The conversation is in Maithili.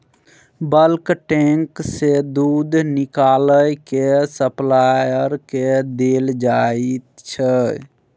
बल्क टैंक सँ दुध निकालि केँ सप्लायर केँ देल जाइत छै